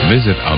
Visit